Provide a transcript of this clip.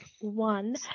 one